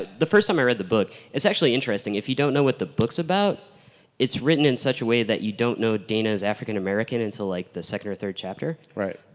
ah the first time i read the book, it's actually interesting if you don't know what the book's about it's written in such a way that you don't know dana is african-american until like the second or third chapter, right.